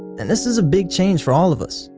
and this is a big change for all of us.